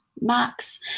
max